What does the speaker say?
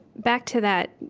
back to that